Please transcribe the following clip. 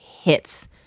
hits